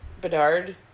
Bedard